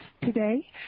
today